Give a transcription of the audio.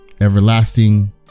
everlasting